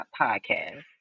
podcast